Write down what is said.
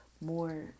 More